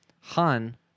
Han